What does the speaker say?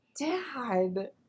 dad